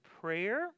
prayer